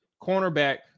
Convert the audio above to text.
cornerback